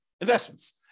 investments